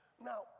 Now